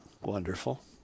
wonderful